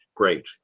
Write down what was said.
great